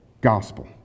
gospel